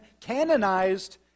canonized